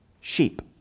sheep